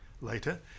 Later